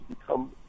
become